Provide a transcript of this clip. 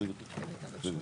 העניין הזה